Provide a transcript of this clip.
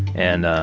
and